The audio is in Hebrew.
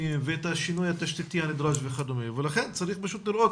ואת השינוי התשתיתי הנדרש וכולי ולכן צריך פשוט לראות